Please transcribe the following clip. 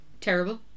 Terrible